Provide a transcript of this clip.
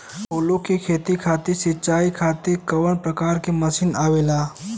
फूलो के खेती में सीचाई खातीर कवन प्रकार के मशीन आवेला?